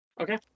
Okay